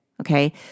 okay